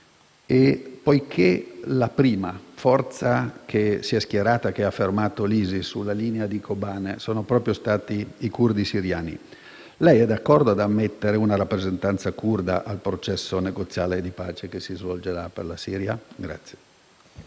Poiché la prima forza che si è schierata e ha fermato l'ISIS sulla linea di Kobane sono stati proprio i curdi siriani, lei è d'accordo ad ammettere una rappresentanza curda al processo negoziale di pace che si svolgerà per la Siria? [ROMANI